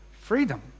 freedom